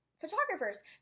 photographers